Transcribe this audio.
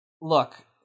look